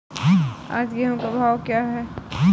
आज गेहूँ का भाव क्या है?